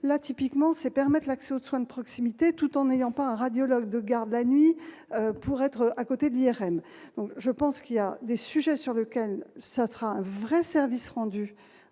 la typiquement c'est permettent l'accès aux soins de proximité tout en n'ayant pas un radiologue de garde la nuit pour être à côté de l'IRM, donc je pense qu'il y a des sujets sur lequel ça sera un vrai service rendu